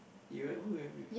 you went who you went with